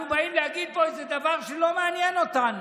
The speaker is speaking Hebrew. אנחנו באים להגיד פה איזה דבר שלא מעניין אותנו.